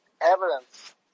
evidence